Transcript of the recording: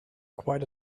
quite